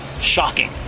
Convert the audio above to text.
shocking